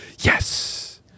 Yes